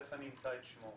תיכף אני אמצא את שמו,